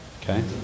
Okay